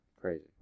Crazy